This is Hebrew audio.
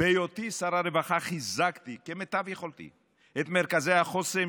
בהיותי שר הרווחה חיזקתי כמיטב יכולתי את מרכזי החוסן,